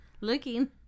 looking